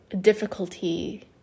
difficulty